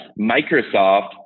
Microsoft